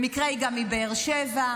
במקרה היא גם מבאר שבע,